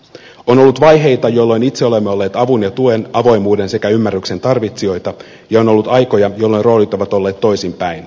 on ollut vaiheita jolloin itse olemme olleet avun ja tuen avoimuuden sekä ymmärryksen tarvitsijoita ja on ollut aikoja jolloin roolit ovat olleet toisinpäin